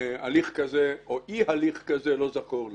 הליך כזה או אי הליך כזה לא זכור לי.